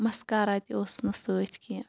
mascara تہِ اوسُس نہٕ سۭتۍ کیٚنٛہہ